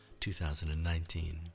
2019